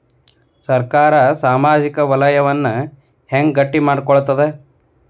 ಸರ್ಕಾರಾ ಸಾಮಾಜಿಕ ವಲಯನ್ನ ಹೆಂಗ್ ಗಟ್ಟಿ ಮಾಡ್ಕೋತದ?